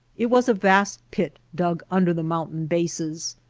it was a vast pit dug under the mountain bases.